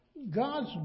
God's